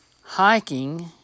hiking